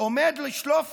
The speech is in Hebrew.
עומד לשלוף